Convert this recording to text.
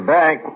back